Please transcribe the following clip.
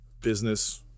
business